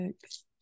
Six